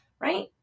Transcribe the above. right